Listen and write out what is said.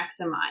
maximize